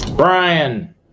Brian